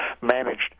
managed